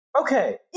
Okay